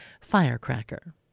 Firecracker